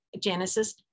Genesis